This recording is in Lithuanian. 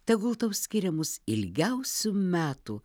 tegul tau skiriamus ilgiausių metų